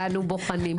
"אנו בוחנים".